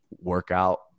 workout